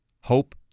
hope